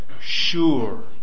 sure